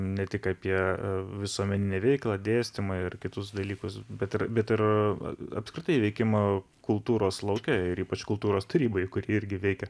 ne tik apie visuomeninę veiklą dėstymą ir kitus dalykus bet ir bet ir apskritai veikimą kultūros lauke ir ypač kultūros tarybai kuri irgi veikia